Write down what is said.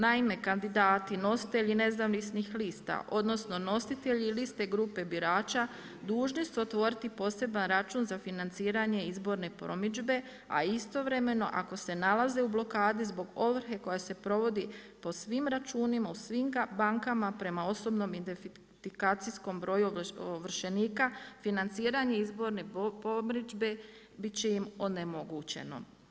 Naime, kandidati, nositelji nezavisnih lista, odnosno nositelji liste grupe birača dužni su otvoriti poseban račun za financiranje izborne promidžbe a istovremeno ako se nalaze u blokadi zbog ovrhe koja se provodi po svim računima, u svim bankama prema osobnom identifikacijskom broju ovršenika, financiranje izborne promidžbe biti će im onemogućeno.